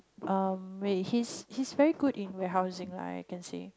um wait he's he's very good in warehousing lah I can say